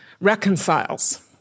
reconciles